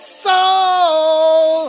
soul